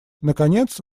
наконец